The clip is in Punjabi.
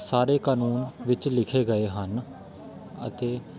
ਸਾਰੇ ਕਾਨੂੰਨ ਵਿੱਚ ਲਿਖੇ ਗਏ ਹਨ ਅਤੇ